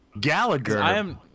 Gallagher